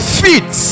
feet